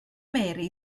mary